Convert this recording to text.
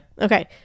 okay